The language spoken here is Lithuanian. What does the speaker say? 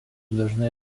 dažnai